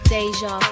Deja